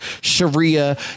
Sharia